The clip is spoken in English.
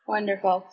Wonderful